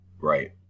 right